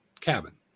Cabin